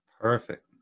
Perfect